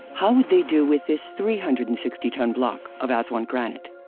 how would they do with this three hundred and sixty ton block of aswan granite?